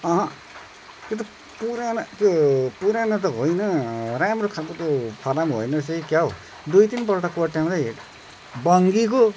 अहँ त्यो त पुरानो त्यो पुरानो त होइन राम्रो खालको त्यो फलाम होइन रहेछ कि क्या हो दुई तिनपल्ट कोट्याउँदै बाङ्गी गयो